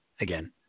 again